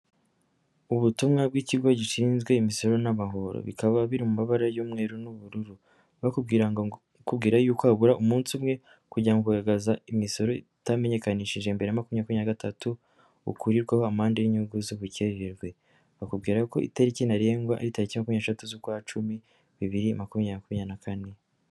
Ubutumwa bw'ikigo gishinzwe imisoro n'amahoro bikaba biri mu mabara y'umweru n'ubururu, bakubwira yuko habura umunsi umwe kugirango ngo ugaragaze imisoro itamenyekanishijwwe mbere ya makumyabiri na gatatu, ukurirweho amande y'inyungu z'ubukererwe, bakubwira ko itariki ntarengwa ari tariki eshatu z'ukwa cumi bibiri na makumyabiri na kane.